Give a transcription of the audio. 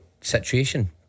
situation